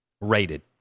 rated